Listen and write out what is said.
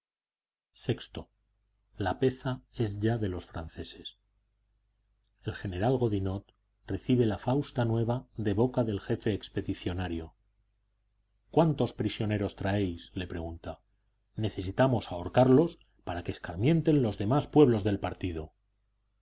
enemigo vi lapeza es ya de los franceses el general godinot recibe la fausta nueva de boca del jefe expedicionario cuántos prisioneros traéis le pregunta necesitamos ahorcarlos para que escarmienten los demás pueblos del partido